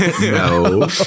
No